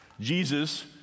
Jesus